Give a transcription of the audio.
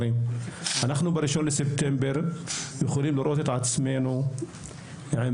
ב-01 לספטמבר אנחנו יכולים לראות את עצמנו עם